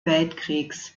weltkriegs